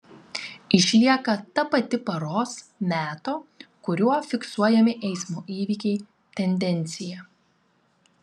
išlieka ta pati paros meto kuriuo fiksuojami eismo įvykiai tendencija